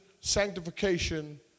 sanctification